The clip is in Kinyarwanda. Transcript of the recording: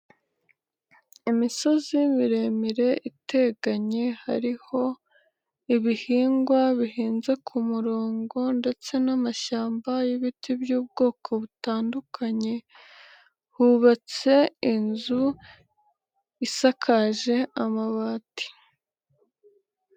Imisozi miremire iteganye hariho ibihingwa bihinze k'umurongo ndetse namashyamba y'ibiti by'ubwoko butandukanye, hubatse inzu isakaje amabati.